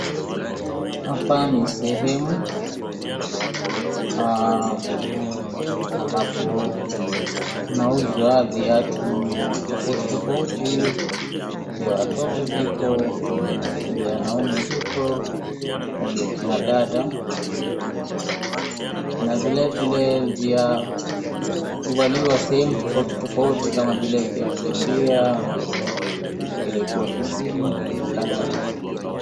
Hapa ni sehemu, ambapo kunauzwa viatu tofautitofauti vya watoto vipo, vya wanaume viko na vya akina dada, na vilevile vya kuvaliwa sehemu tofautitofauti kama vile vya kukimbia, vya kuenda kuelekea ofisini na kadhalika.